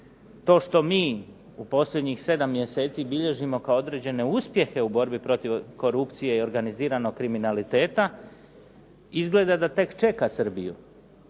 To što mi u posljednjih 7 mjeseci bilježimo kao određene uspjehe u borbi protiv korupcije i organiziranog kriminaliteta, izgleda da tek čeka Srbiju.